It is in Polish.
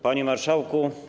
Panie Marszałku!